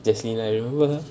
jasmine I remember ah